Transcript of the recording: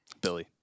Billy